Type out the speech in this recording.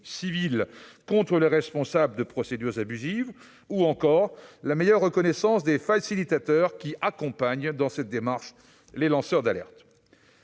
civiles contre les responsables de procédures abusives ou encore la meilleure reconnaissance des facilitateurs, qui accompagnent les lanceurs d'alerte